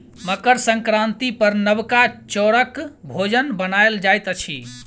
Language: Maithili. मकर संक्रांति पर नबका चौरक भोजन बनायल जाइत अछि